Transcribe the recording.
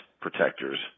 protectors